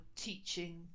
teaching